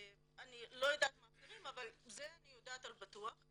אני לא יודעת מה האחרים, אבל זה אני יודעת בטוח.